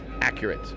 accurate